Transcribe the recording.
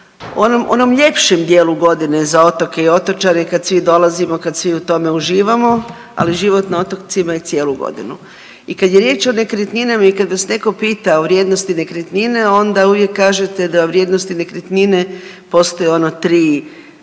onom ljepšem dijelu godine za otoke i otočane kad svi dolazimo, kad svi u tome uživamo, ali život na otocima je cijelu godinu. I kad je riječ o nekretninama i kad vas netko pita o vrijednosti nekretnine onda uvijek kažete da vrijednosti nekretnine postoje ono 3 glavne